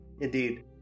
Indeed